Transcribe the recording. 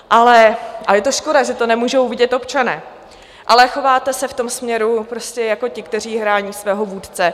Ale a je to škoda, že to nemůžou vidět občané chováte se v tom směru prostě jako ti, kteří chrání svého vůdce.